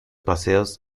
paseos